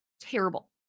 terrible